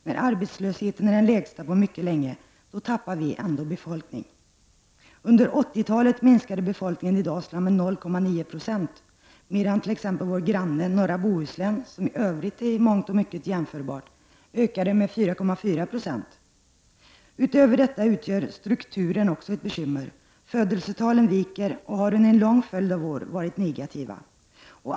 När arbetslösheten är den lägsta på mycket länge tappar vi ändå befolkning. Under 80-talet minskade befolkningen i Dalsland med 0,9 9o, medan befolkningen i t.ex. norra Bohuslän — som i övrigt i mångt och mycket är jämförbart med Dalsland — ökade med 4,4 96. Utöver detta utgör strukturen också ett bekymmer. Födelsetalen viker och har under en lång följd av år varit negativa.